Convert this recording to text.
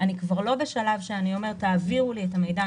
אדם כבר לא בשלב שהוא אומר: תעבירו לי את המידע,